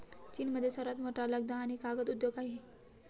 चीनमध्ये सर्वात मोठा लगदा आणि कागद उद्योग आहे